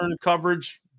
coverage